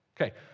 Okay